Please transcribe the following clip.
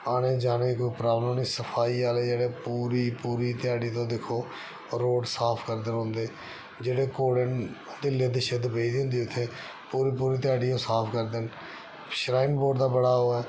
आने जाने दी कोई प्रॉबलम नीं सफाई आह्ले जेह्ड़े पूरी पूरी ध्याड़ी तुस दिक्खो रोड साफ करदे रौंहदे जेह्ड़े घोड़े न लिद्द शिद्द पेदी होंदी उत्थै पूरी पूरी ध्याड़ी ओह् साफ करदे न श्राइन बोर्ड बड़ा ओह् ऐ